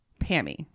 Pammy